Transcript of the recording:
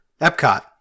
Epcot